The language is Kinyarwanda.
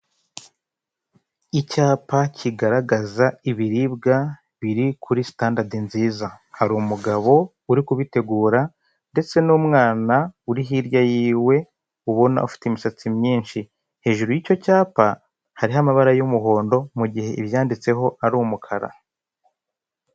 Icyapa kigaragaza ibiribwa biri kuri sitandadi nziza, hari umugabo uri kubitegura ndetse n'umwana uri hirya yiwe ubona ufite imisatsi myinshi, hejuru y'icyo cyapa hariho amabara y'umuhondo mu gihe ibyanditseho ari umukara.